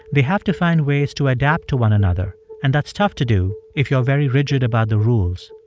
they have to find ways to adapt to one another. and that's tough to do if you're very rigid about the rules.